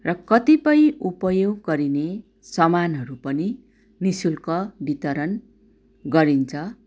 र कतिपय उपयोग गरिने समानहरू पनि निःशुल्क बितरण गरिन्छ